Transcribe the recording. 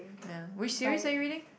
ya which series are you reading